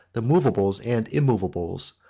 the movables and immovables,